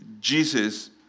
Jesus